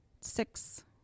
six